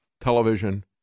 television